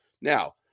Now